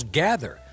gather